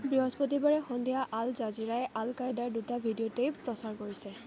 বৃহস্পতিবাৰে সন্ধিয়া আল জাজিৰাই আল কায়দাৰ দুটা ভিডিঅ' টেপ প্ৰচাৰ কৰিছে